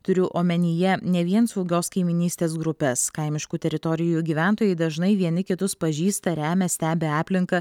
turiu omenyje ne vien saugios kaimynystės grupes kaimiškų teritorijų gyventojai dažnai vieni kitus pažįsta remia stebi aplinką